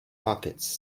pockets